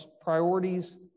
priorities